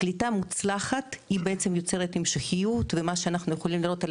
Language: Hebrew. קליטה מוצלחת היא בעצם יוצרת המשכיות ומה שאנחנו יכולים לראות על